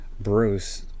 Bruce